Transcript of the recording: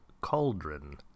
Cauldron